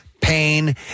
pain